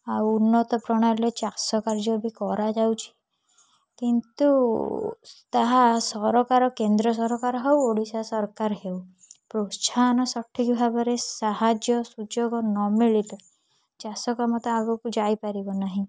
ଆଉ ଉନ୍ନତ ପ୍ରଣାଳୀରେ ଚାଷ କାର୍ଯ୍ୟ ବି କରାଯାଉଛି କିନ୍ତୁ ତାହା ସରକାର କେନ୍ଦ୍ର ସରକାର ହଉ ଓଡ଼ିଶା ସରକାର ହେଉ ପ୍ରୋତ୍ସାହନ ସଠିକ୍ ଭାବରେ ସାହାଯ୍ୟ ସୁଯୋଗ ନ ମିଳିଲେ ଚାଷ କାମ ତ ଆଗକୁ ଯାଇପାରିବ ନାହିଁ